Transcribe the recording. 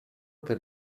per